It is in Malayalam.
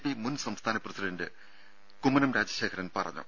പി മുൻ സംസ്ഥാന പ്രസിഡണ്ട് കുമ്മനം രാജശേഖരൻ പറഞ്ഞു